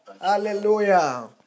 Hallelujah